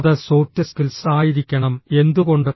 അത് soft skills ആയിരിക്കണം എന്തുകൊണ്ട്